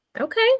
Okay